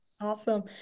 awesome